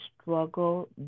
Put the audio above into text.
struggle